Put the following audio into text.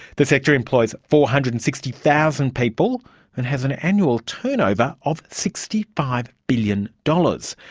the sector employs four hundred and sixty thousand people and has an annual turnover of sixty five billion dollars.